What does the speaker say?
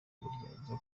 uburyarya